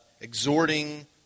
exhorting